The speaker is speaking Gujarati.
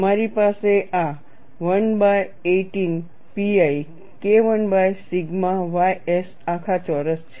તમારી પાસે આ 118 pi KI by sigma ys આખા ચોરસ છે